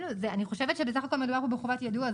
אני חושבת שמדובר פה בסך הכול בחובת יידוע,